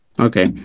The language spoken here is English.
Okay